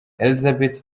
elisabeth